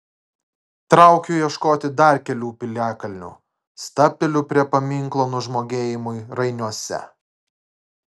traukiu ieškoti dar kelių piliakalnių stabteliu prie paminklo nužmogėjimui rainiuose